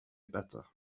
better